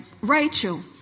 Rachel